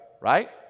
right